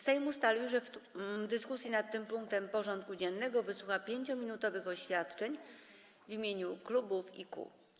Sejm ustalił, że w dyskusji nad tym punktem porządku dziennego wysłucha 5-minutowych oświadczeń w imieniu klubów i kół.